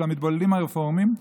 של המתבוללים הרפורמים.